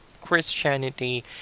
Christianity